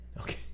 Okay